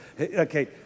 Okay